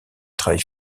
travail